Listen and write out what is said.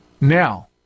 Now